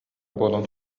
буолан